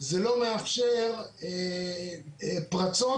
זה לא מאפשר פרצות,